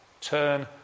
Turn